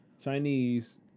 Chinese